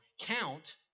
count